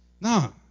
No